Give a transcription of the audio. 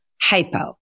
hypo